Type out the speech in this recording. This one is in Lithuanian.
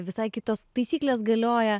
visai kitos taisyklės galioja